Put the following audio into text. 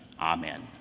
amen